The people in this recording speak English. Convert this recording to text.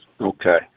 okay